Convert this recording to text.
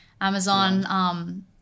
Amazon